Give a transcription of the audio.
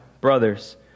brothers